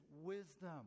wisdom